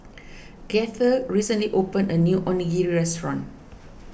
Gaither recently opened a new Onigiri restaurant